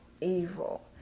evil